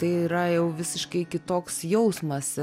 tai yra jau visiškai kitoks jausmas